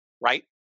right